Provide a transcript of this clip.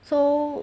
so